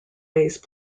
base